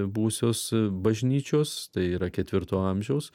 buvusios bažnyčios tai yra ketvirto amžiaus